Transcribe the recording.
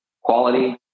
quality